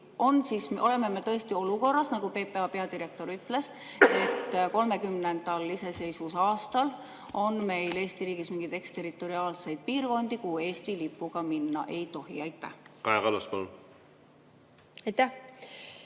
oleme me tõesti olukorras, nagu PPA peadirektor ütles, et 30. iseseisvusaastal on meil Eesti riigis mingeid territoriaalseid piirkondi, kuhu Eesti lipuga minna ei tohi? Kaja